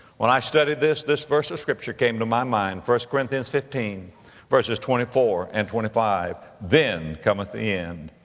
when i studied this, this verse of scripture came to my mind, first corinthians fifteen verses twenty four and twenty five, then cometh the end,